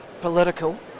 political